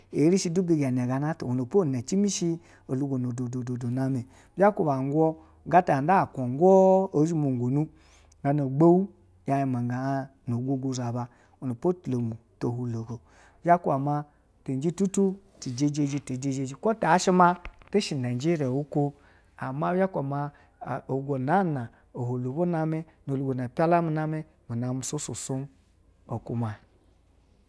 E erishi bega me gana tao wenepo ine cimishi dungo ododo gana atao dodoname, izakube u̱gu gata anda hugu ezhomogonu ugbowu ya manga eng no ogogozo uba wenppo tu lomu to hulago biza kuba cinji tijeje jitieji, ho yahse ma tishe najeriya atushe najeriya ulo ama biza maa olugo na hulo ba name hugo na mpaila name soso som okuma.